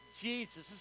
Jesus